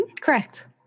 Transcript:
Correct